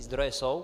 Zdroje jsou.